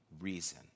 reason